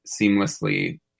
seamlessly